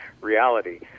reality